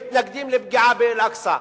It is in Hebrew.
מתנגדים לפגיעה באל-אקצא,